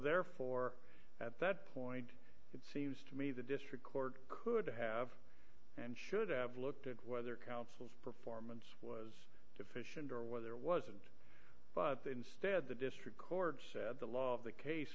there for at that point it seems to me the district court could have and should have looked at whether counsel's performance efficient or whether wasn't instead the district court said the law of the case